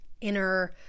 inner